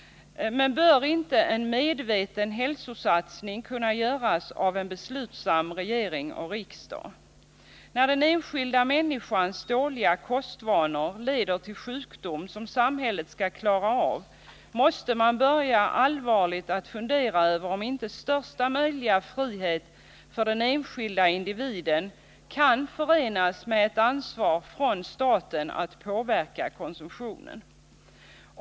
Men bör inte en medveten hälsosatsning kunna göras av en beslutsam regering och riksdag? När den enskilda människans dåliga kostvanor leder till sjukdom som samhället skall klara av måste man börja allvarligt fundera över om inte största möjliga frihet för den enskilde individen kan förenas med ett ansvar från staten att påverka konsumtionen.